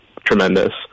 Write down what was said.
tremendous